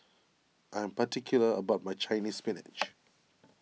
I am particular about my Chinese Spinach